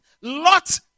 Lot